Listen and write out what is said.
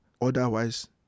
otherwise